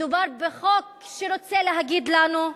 מדובר בחוק שרוצה להגיד לנו,